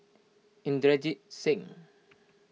Inderjit Singh